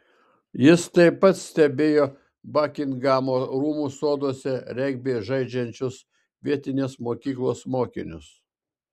jis taip pat stebėjo bakingamo rūmų soduose regbį žaidžiančius vietinės mokyklos mokinius